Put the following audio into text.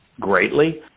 greatly